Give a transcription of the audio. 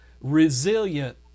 resilient